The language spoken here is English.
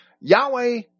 Yahweh